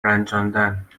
رنجاندن